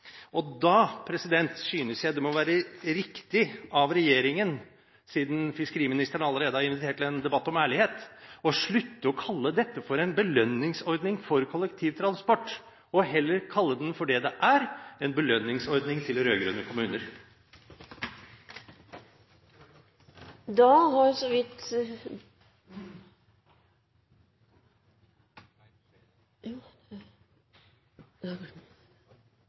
Da synes jeg det må være riktig av regjeringen – siden fiskeriministeren allerede har invitert til en debatt om ærlighet – å slutte å kalle dette for en belønningsordning for kollektivtransport og heller kalle den for det den er, en belønningsordning til